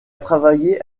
travaillé